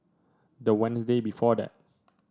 the Wednesday before that